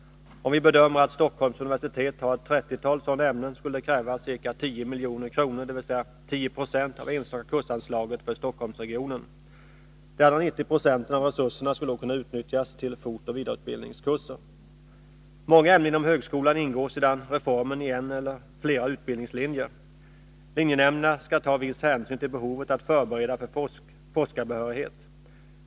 Om vi bedömer att Stockholms universitet har ett trettiotal sådana ämnen, skulle det krävas ca 10 milj.kr., dvs. ca 10 96 av enstaka kursanslaget, för Stockholmsregionen. De andra 90 procenten av resurserna skulle då kunna utnyttjas till fortoch vidareutbildningskurser. Många ämnen inom högskolan ingår efter reformen i en eller flera utbildningslinjer. Linjenämnderna skall ta hänsyn till behovet att förbereda för forskarbehörighet.